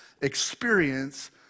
experience